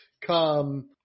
come